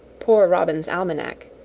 poor robin's almanack,